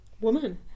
woman